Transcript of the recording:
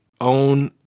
own